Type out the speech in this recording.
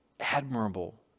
admirable